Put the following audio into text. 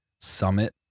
Summit